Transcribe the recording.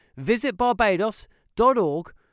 visitbarbados.org